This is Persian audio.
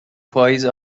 پاییز